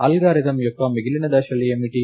algorithm యొక్క మిగిలిన దశలు ఏమిటి